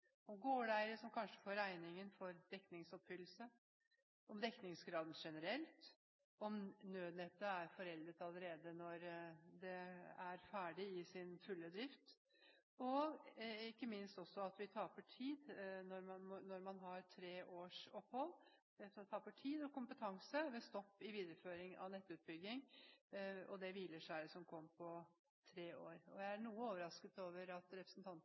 om gårdeiere som kanskje får regningen for dekningsoppfyllelse, om dekningsgraden generelt, om nødnettet er foreldet allerede når det er ferdig og i full drift – og ikke minst at vi taper tid når man har tre års opphold. Man taper tid og kompetanse ved stopp i videreføring av nettutbygging og det hvileskjæret som kom, på tre år. Jeg er også overrasket over at representanten